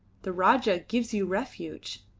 the rajah gives you refuge.